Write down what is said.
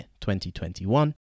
2021